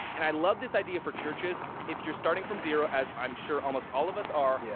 and i love this idea for churches if you're starting from zero, as i'm sure almost all of us are, yeah